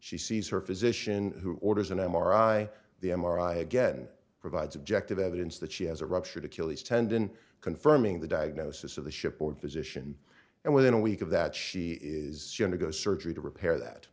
she sees her physician who orders an m r i the m r i again provides objective evidence that she has a ruptured achilles tendon confirming the diagnosis of the ship or physician and within a week of that she is going to go to surgery to repair that